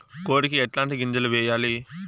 కోడికి ఎట్లాంటి గింజలు వేయాలి?